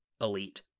elite